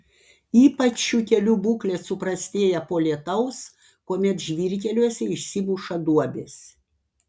ypač šių kelių būklė suprastėja po lietaus kuomet žvyrkeliuose išsimuša duobės